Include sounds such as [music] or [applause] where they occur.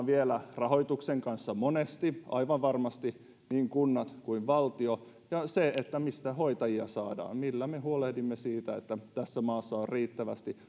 [unintelligible] vielä painiskelemaan rahoituksen kanssa monesti aivan varmasti niin kunnat kuin valtio ja sen kanssa mistä hoitajia saadaan millä me huolehdimme siitä että tässä maassa on riittävästi [unintelligible]